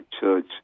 church